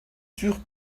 sûr